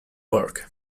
work